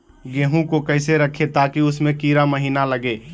गेंहू को कैसे रखे ताकि उसमे कीड़ा महिना लगे?